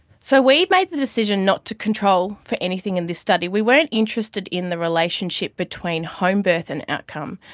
so we made the decision not to control for anything in this study. we weren't interested in the relationship between homebirth and outcome,